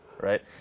right